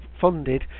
funded